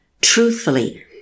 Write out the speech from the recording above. Truthfully